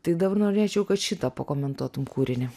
tai dabar norėčiau kad šitą pakomentuotum kūrinį